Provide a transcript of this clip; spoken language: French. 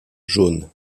jaunes